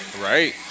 Right